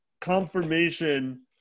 confirmation